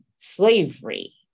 slavery